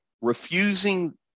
refusing